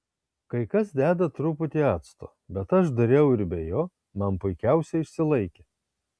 kai kas deda truputį acto bet aš dariau ir be jo man puikiausiai išsilaikė